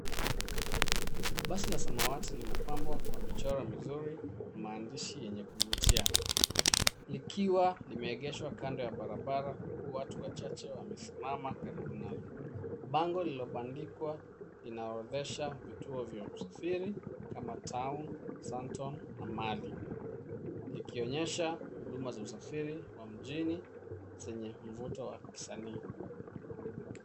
Basi la samawati limepambwa kwa michoro na maandishi yenye mvuto. Limeegeshwa kando ya barabara, huku watu wachache wamesimama karibu nalo. Bango lililobandikwa linaorodhesha vituo vya usafiri kama vile Town, Sunton na Mwiki, likionyesha huduma za usafiri wa mjini zenye mguso wa kisanii